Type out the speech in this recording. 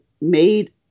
made